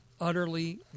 utterly